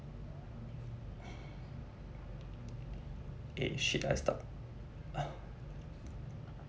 eh shit I stopped